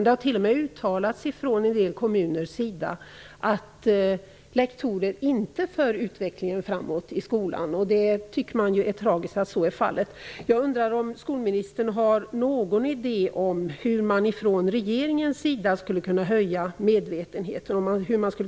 Det har t.o.m. uttalats ifrån en del kommuners sida att lektorer inte för utvecklingen framåt i skolan. Det är tragiskt att så är fallet. Jag undrar om skolministern har någon idé om hur man ifrån regeringens sida skulle kunna öka medvetenheten.